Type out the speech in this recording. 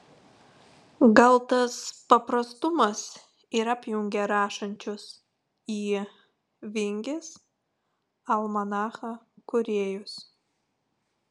gal tas paprastumas ir apjungia rašančius į vingis almanachą kūrėjus